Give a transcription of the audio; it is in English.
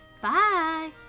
bye